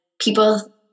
people